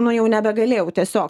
nu jau nebegalėjau tiesiog